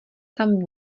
tam